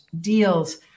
deals